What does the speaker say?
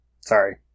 Sorry